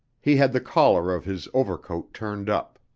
he had the collar of his overcoat turned up.